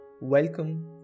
welcome